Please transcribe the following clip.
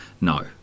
no